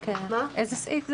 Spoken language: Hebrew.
איזה סעיף זה?